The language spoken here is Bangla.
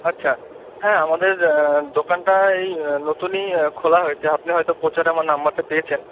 আচ্ছা হ্যাঁ আমাদের দোকানটা এই নতুনই খোলা হয়েছে আপনি হয়তো প্রচারে আমার নাম্বারটা পেয়েছেন